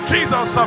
Jesus